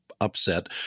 upset